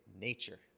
nature